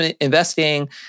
investing